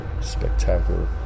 spectacular